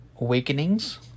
Awakenings